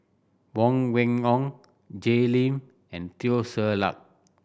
Huang Wenhong Jay Lim and Teo Ser Luck